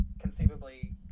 conceivably